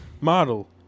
Model